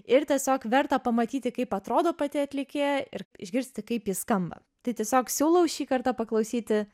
ir tiesiog verta pamatyti kaip atrodo pati atlikėja ir išgirsti kaip ji skamba tai tiesiog siūlau šį kartą paklausyti